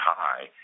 high